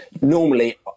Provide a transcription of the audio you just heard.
normally